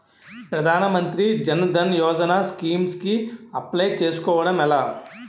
ప్రధాన మంత్రి జన్ ధన్ యోజన స్కీమ్స్ కి అప్లయ్ చేసుకోవడం ఎలా?